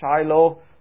Shiloh